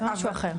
זה משהו אחר.